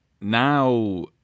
now